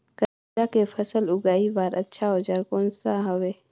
करेला के फसल उगाई बार अच्छा औजार कोन सा हवे?